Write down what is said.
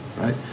right